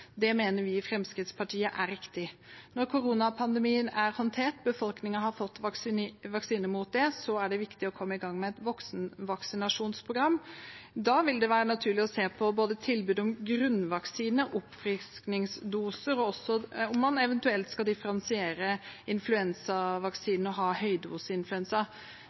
Det mener vi i Fremskrittspartiet er riktig. Når koronapandemien er håndtert og befolkningen har fått vaksine, er det viktig å komme i gang med et voksenvaksinasjonsprogram. Da vil det være naturlig å se på både tilbud om grunnvaksine, oppfriskningsdoser og også om man eventuelt skal differensiere mellom influensavaksine og